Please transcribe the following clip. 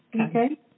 Okay